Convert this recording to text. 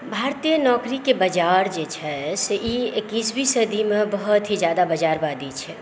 भारतीय नौकरीके बाजार जे छै से ई एकीसवीं सदीमे बहुत ही जादा बाजारवादी छै